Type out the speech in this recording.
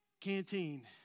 Canteen